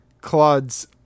Claude's